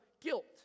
guilt